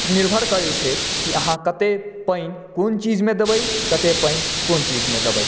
निर्भर करै छै कि अहाँ कते पानि कोन चीज मे देबै कते पानि कोन चीज मे देबै